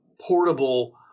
portable